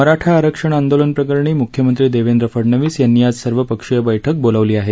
मराठा आरक्षण आंदोलन प्रकरणी मुख्यमंत्री देवेंद्र फडणवीस यांनी आज सर्वपक्षीय बैठक बोलवली आहे